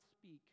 speak